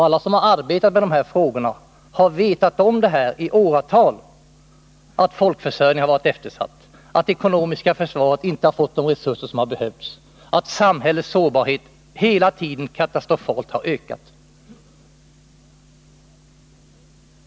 Alla som har arbetat med de här frågorna har i åratal vetat om att folkförsörjningen har varit eftersatt, att det ekonomiska försvaret inte har fått de resurser som har behövts och att samhällets sårbarhet hela tiden katastrofalt har ökat.